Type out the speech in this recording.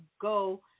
go